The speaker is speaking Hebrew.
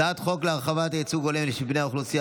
הצעת חוק להרחבת הייצוג ההולם של בני האוכלוסייה